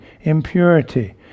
impurity